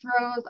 throws